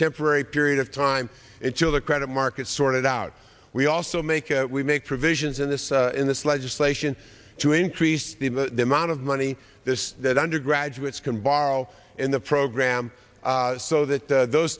temporary period of time until the credit markets sorted out we also make we make provisions in this in this legislation to increase the amount of money this that undergraduates can borrow in the program so that those